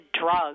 drugs